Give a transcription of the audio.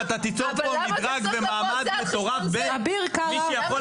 ואתה תיצור פה מדרג במעמד מטורף בין מי שיכול